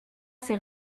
ses